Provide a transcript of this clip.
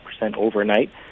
overnight